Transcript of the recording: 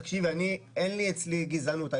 תקשיבי, אין אצלי גזענות.